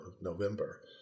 November